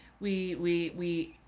we, we, we,